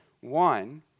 One